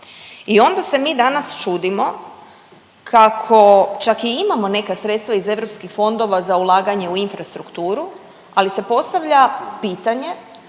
I onda se mi danas čudimo kako čak i imamo neka sredstva iz europskih fondova za ulaganje u infrastrukturu ali se postavlja pitanje